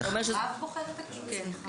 רב בוחן את הכשרות.